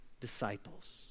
disciples